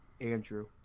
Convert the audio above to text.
Andrew